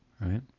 right